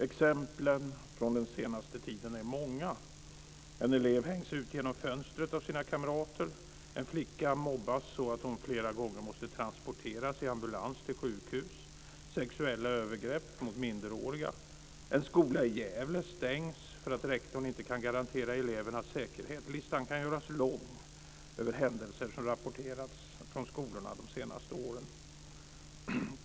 Exemplen från den senaste tiden är många: En elev hängs ut genom fönstret av sina kamrater, en flicka mobbas och måste flera gånger transporteras i ambulans till sjukhus, sexuella övergrepp mot minderåriga, en skola i Gävle stängs för att rektorn inte kan garantera elevernas säkerhet. Listan kan göras lång över händelser som rapporterats från skolorna de senaste åren.